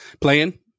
playing